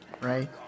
right